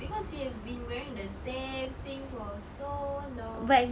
cause he has been wearing the same thing for so long